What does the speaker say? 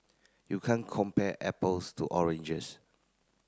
you can't compare apples to oranges